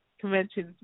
conventions